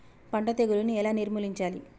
పంట తెగులుని ఎలా నిర్మూలించాలి?